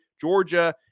Georgia –